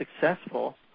successful